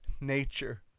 nature